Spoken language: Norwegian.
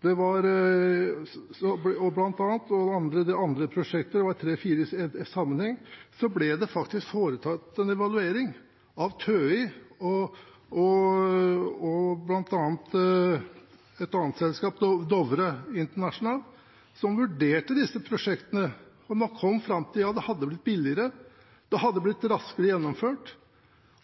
det var tre–fire i sammenheng – så ble det faktisk foretatt en evaluering av TØI og av Dovre International. De vurderte disse prosjektene, og man kom fram til at det hadde blitt billigere, det hadde blitt raskere gjennomført,